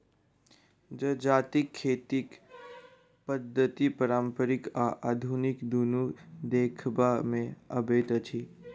जजातिक खेती पद्धति पारंपरिक आ आधुनिक दुनू देखबा मे अबैत अछि